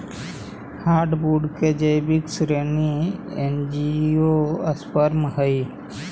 hardwood के जैविक श्रेणी एंजियोस्पर्म हइ